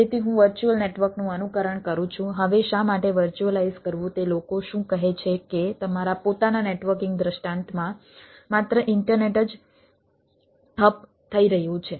તેથી હું વર્ચ્યુઅલ નેટવર્કનું અનુકરણ કરું છું હવે શા માટે વર્ચ્યુઅલાઈઝ કરવું તે લોકો શું કહે છે કે તમારા પોતાના નેટવર્કિંગ દૃષ્ટાંતમાં માત્ર ઈન્ટરનેટ જ ઠપ થઈ રહ્યું છે